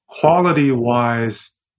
quality-wise